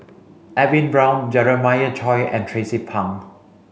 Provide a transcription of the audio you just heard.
Edwin Brown Jeremiah Choy and Tracie Pang